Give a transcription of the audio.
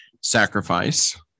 sacrifice